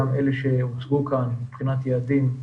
גם אלה שהוצגו כאן מבחינת יעדים,